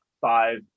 five